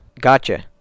Gotcha